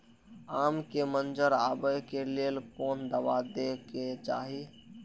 आम के मंजर आबे के लेल कोन दवा दे के चाही?